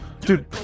dude